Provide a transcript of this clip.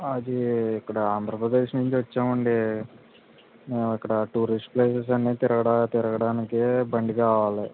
అది ఇక్కడ ఆంధ్రప్రదేశ్ నుంచి వచ్చాం అండి ఇక్కడ టూరిస్ట్ ప్లేసెస్ అన్నీ తిరగడా తిరగడానికి బండి కావాలి